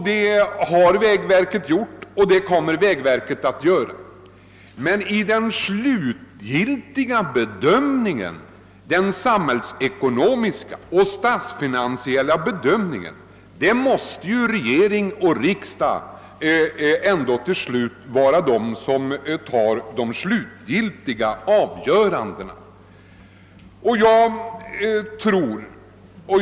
Det har vägverket gjort och kommer att göra det, men den samhällsekonomiska och statsfinansiella bedömningen måste till slut göras av regering och riksdag.